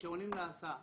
הילדים שעולים להסעה,